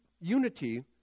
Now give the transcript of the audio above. unity